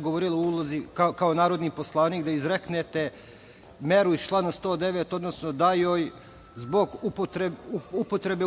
govorila kao narodni poslanik da izreknete meru iz člana 109, odnosno da joj zbog upotrebe